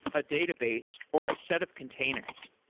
a database or a set of containers.